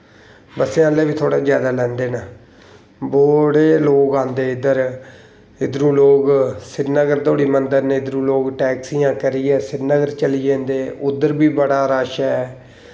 बस्सें आह्ले बी थोह्ड़ा जैदा लैंदे न बड़े लोग आंदे इद्धर इद्धरूं लोग सिरिनगर धोड़ी मन्दर न इद्धरूं लोग टैक्सियां करियै सिरिनगर चली जंदे उद्धर बी बड़ा रश ऐ